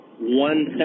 One